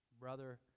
Brother